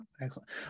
Excellent